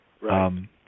right